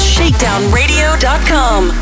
ShakedownRadio.com